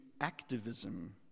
activism